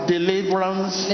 Deliverance